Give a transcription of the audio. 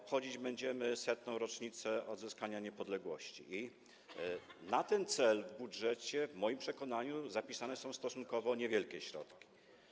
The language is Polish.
Będziemy obchodzić 100. rocznicę odzyskania niepodległości i na ten cel w budżecie w moim przekonaniu zapisane są stosunkowo niewielkie środki.